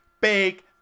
big